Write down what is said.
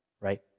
right